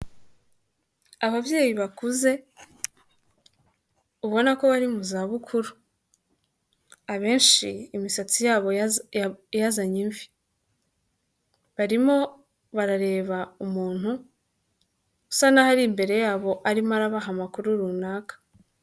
Ababyeyi bakuze ubona ko bari mu zabukuru. Abenshi imisatsi yabo yazanye imvi; barimo barareba umuntu usa n'aho ari imbere yabo arimo arabaha amakuru runaka.